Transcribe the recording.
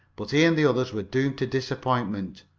but he and the others were doomed to disappointment.